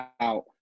out